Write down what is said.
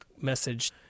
message